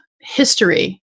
history